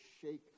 shake